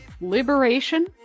Liberation